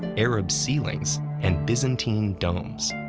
arab ceilings, and byzantine domes,